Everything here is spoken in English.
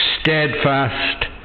steadfast